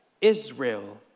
Israel